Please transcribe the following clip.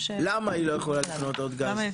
למה היא לא יכולה לקנות עוד גז?